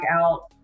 out